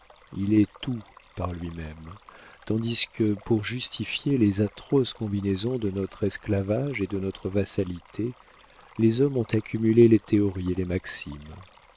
il est tout par lui-même tandis que pour justifier les atroces combinaisons de notre esclavage et de notre vassalité les hommes ont accumulé les théories et les maximes